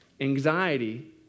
Anxiety